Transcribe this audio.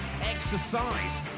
Exercise